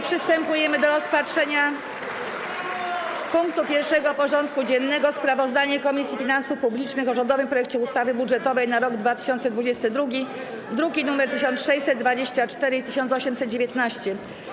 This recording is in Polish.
Przystępujemy do rozpatrzenia punktu 1. porządku dziennego: Sprawozdanie Komisji Finansów Publicznych o rządowym projekcie ustawy budżetowej na rok 2022 (druki nr 1624 i 1819)